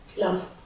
Love